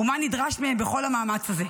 מה נדרש מהם בכל המאמץ הזה.